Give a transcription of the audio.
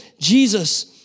Jesus